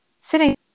sitting